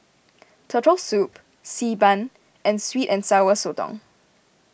Turtle Soup Xi Ban and Sweet and Sour Sotong